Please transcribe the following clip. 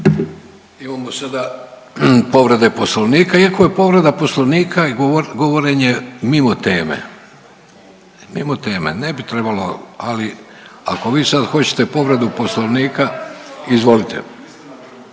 Imamo sada povrede poslovnika iako je povreda poslovnika i govorenje mimo teme, mimo teme, ne bi trebalo, ali ako vi sad hoćete povredu poslovnika, izvolite.